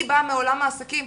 אני באה מעולם העסקים.